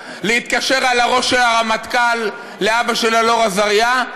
להתקשר על הראש של הרמטכ"ל לאבא של אלאור אזריה,